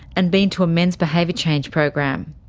and been to a men's behaviour change program.